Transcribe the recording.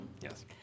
Yes